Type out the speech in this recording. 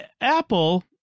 Apple